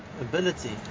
ability